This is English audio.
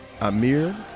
Amir